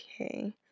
Okay